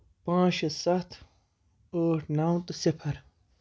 پانٛژھ شیٚے سَتھ ٲٹھ نو تہٕ سِفر